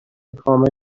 کامل